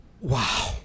Wow